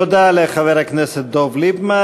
תודה לחבר הכנסת דב ליפמן.